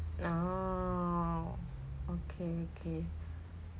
oo okay okay